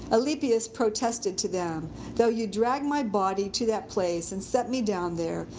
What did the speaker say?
alypius protested to them though you drag my body to that place and set me down there,